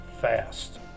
fast